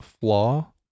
flaw